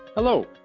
Hello